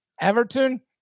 Everton